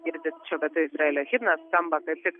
girdit šiuo metu izraelio himnas skamba kaip tik